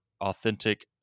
authentic